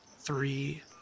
three